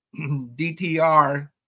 DTR